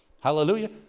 Hallelujah